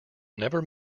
never